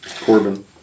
Corbin